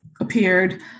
appeared